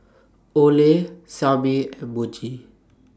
Olay Xiaomi and Muji